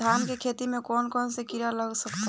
धान के खेती में कौन कौन से किड़ा लग सकता?